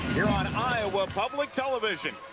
here on iowa public television,